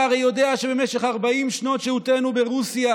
אתה הרי יודע שבמשך 40 שנות שהותנו ברוסיה